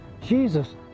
Jesus